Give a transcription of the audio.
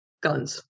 guns